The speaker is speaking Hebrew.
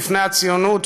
בפני הציונות,